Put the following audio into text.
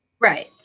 Right